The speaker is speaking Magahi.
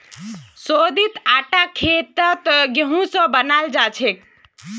शोधित आटा खेतत गेहूं स बनाल जाछेक